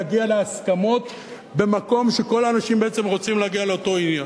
להגיע להסכמות במקום שכל האנשים בעצם רוצים להגיע לאותו עניין.